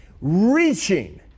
reaching